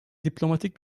diplomatik